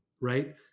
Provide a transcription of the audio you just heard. right